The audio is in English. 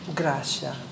gracia